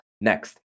next